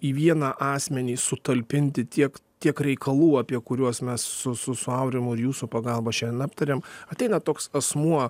į vieną asmenį sutalpinti tiek tiek reikalų apie kuriuos mes su su su aurimu ir jūsų pagalba šiandien aptarėm ateina toks asmuo